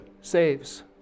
saves